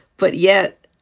but yet